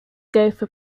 gopher